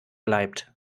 bleibt